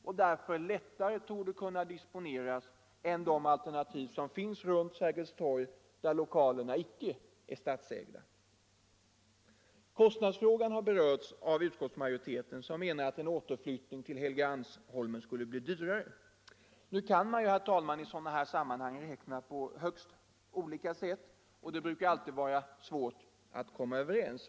och därför lättare torde kunna disponeras än de alternativ som finns runt Sergels torg, där lokalerna icke är statsägda. Kostnadsfrågan har berörts av utskottsmajoriteten, som menar att en återflyttning till Helgeandsholmen skulle bli dyrare. Men nu kan man, herr talraan, i sådana här sammanhang räkna på olika sätt, och det brukar vara svårt att bli helt överens.